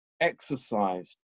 exercised